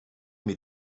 mir